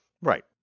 Right